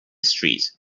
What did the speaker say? street